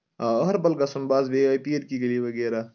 آ ہُہربَل گژھُن بَس بیٚیہِ یہوے پیٖر کی گلی وغیرہ